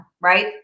right